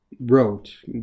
wrote